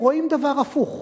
רואים דבר הפוך.